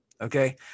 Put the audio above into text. Okay